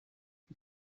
die